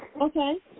Okay